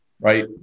right